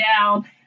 down